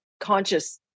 conscious